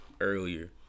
earlier